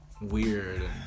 weird